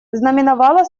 знаменовало